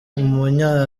umunya